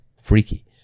freaky